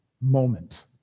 moment